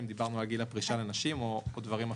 אם דיברנו על גיל הפרישה לנשים או דברים אחרים.